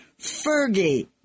Fergie